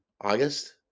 August